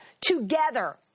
together